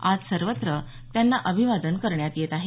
आज सर्वत्र त्यांना अभिवादन करण्यात येत आहे